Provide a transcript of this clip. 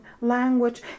language